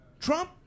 Trump